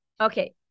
Okay